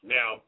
Now